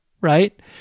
right